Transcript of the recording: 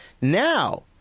Now